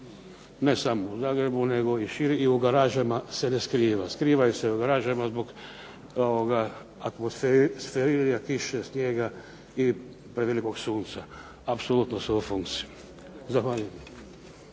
ne samo u Zagrebu nego i šire i u garažama se ne skriva. Skrivaju se u garažama ako ima kiše, snijega i prevelikog sunca. Apsolutno su u funkciji. Zahvaljujem.